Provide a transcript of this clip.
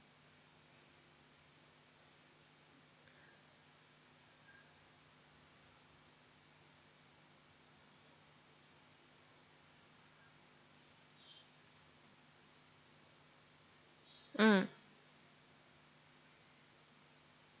mm